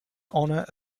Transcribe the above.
honor